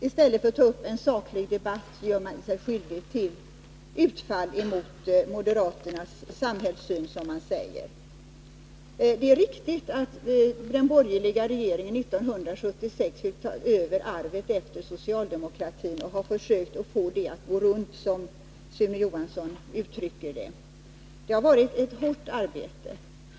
I stället för att ta upp en saklig debatt gör man sig skyldig till utfall emot moderaternas samhällssyn.” Det är riktigt att den borgerliga regeringen 1976 fick ta över arvet efter socialdemokratin och har försökt att få det att gå runt, som Sune Johansson uttrycker det. Det har varit ett hårt arbete.